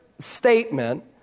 Statement